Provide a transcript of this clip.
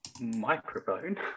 microphone